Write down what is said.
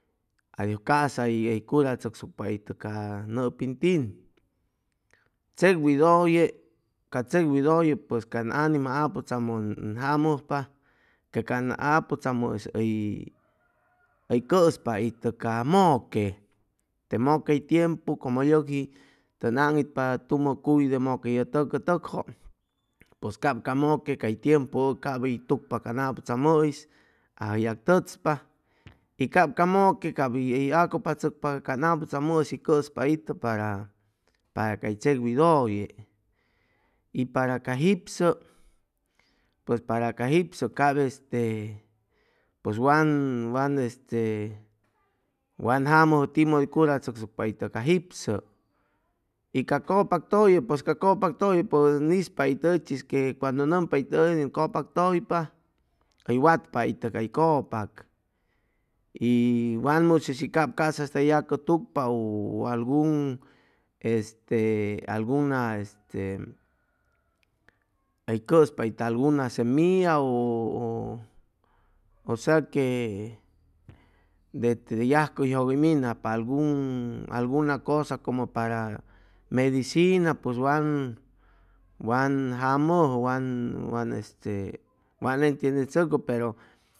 Adios casa hʉy hʉy curachʉcsucpa itʉ ca nʉpin tin, chec widʉye ca chec widʉye pues ca ʉn anima aputzamʉ ʉn jamʉjpa que can aputzamʉ'is hʉy hʉy cʉspa itʉ ca ca mʉque te mʉque hʉy tiempu como yʉji tʉn aŋitpa tumʉ cuy de mʉque ye tʉk cʉtʉkjʉ pʉs cap ca mʉque cay tiempu cap hʉy tucpa can aputzamʉ'is ayag tʉchpa y cap ca mʉque cap hʉy hʉy acʉpachʉcpa can aputzamʉis hʉy cʉspa itʉ para cay chec widʉye y para ca jipsʉ pues para ca jipso cap cap este pues wan wan este wan jamʉjʉ timʉdʉ hʉy curachʉcsucpa itʉ ca jipsʉ y ca cʉpak tʉlle pues ca cʉpak tʉlle pʉj ʉn ispa ʉchis que cuando nʉmpa itʉ ʉ yeg cʉpak tʉypa hʉy watpa itʉ cay cʉpak y wan musʉ shi cap ca'sasta hʉy yacʉtucpa u algun este alguna este hʉy cʉspa itʉ alguna semilla ʉ ʉ ʉ ʉsea que de te yajcʉjʉg hʉy minajpa algun alguna cosa como para medicina pʉs wan wan jamajʉ wan wan este entiendechʉcʉ pero